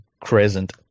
Crescent